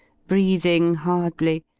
breathing hardly,